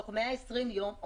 תוך 120 יום,